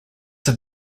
have